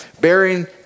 Bearing